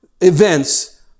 events